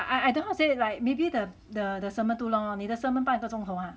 I I don't how to say that like maybe the the the sermon too long lor 你的 sermon 半个钟头啊